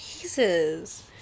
Jesus